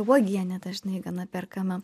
uogienė dažnai gana perkama